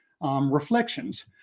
reflections